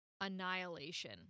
Annihilation